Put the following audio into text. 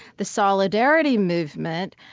the solidarity movement,